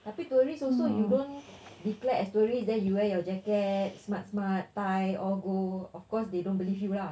tapi tourist also you don't declare as tourist then you wear your jacket smart smart tie all go of course they don't believe you lah